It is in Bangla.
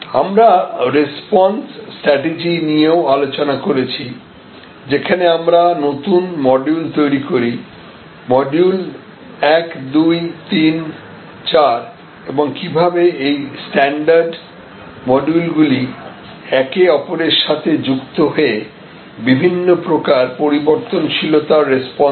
আমরা রেসপন্স স্ট্রাটেজি নিয়েও আলোচনা করেছি যেখানে আমরা নতুন মডিউল তৈরি করি মডিউল 1234 এবং কিভাবে এই স্ট্যান্ডার্ড মডিউল গুলি একে অপরের সাথে যুক্ত হয়ে বিভিন্ন প্রকার পরিবর্তনশীলতার রেসপন্স করে